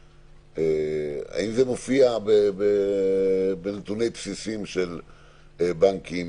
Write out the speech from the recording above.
האם זה מופיע בנתונים בסיסיים של בנקים,